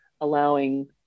allowing